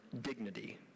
dignity